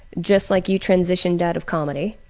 just like you transitioned out of comedy,